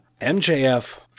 mjf